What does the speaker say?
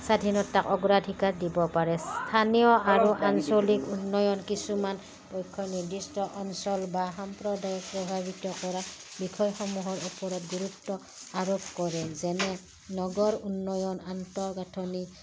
স্বাধীনতা অগ্ৰাধিকাৰ দিব পাৰে স্থানীয় আৰু আঞ্চলিক উন্নয়ন কিছুমান পক্ষ নিৰ্দিষ্ট অঞ্চল বা সাম্প্ৰদায়ক প্ৰভাৱিত কৰা বিষয়সমূহৰ ওপৰত গুৰুত্ব আৰোপ কৰে যেনে নগৰ উন্নয়ন আন্তঃগাঁথনি